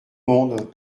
monde